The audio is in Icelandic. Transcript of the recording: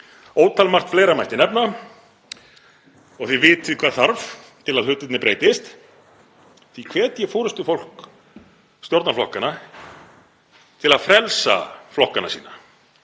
Ótal margt fleira mætti nefna og þið vitið hvað þarf til að hlutirnir breytist. Því hvet ég forystufólk stjórnarflokkanna til að frelsa flokkana sína